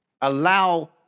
Allow